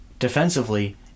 Defensively